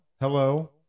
hello